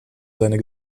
seiner